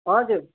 हजुर